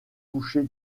coucher